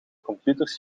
computers